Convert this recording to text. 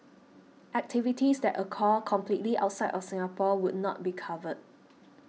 activities that occur completely outside of Singapore would not be covered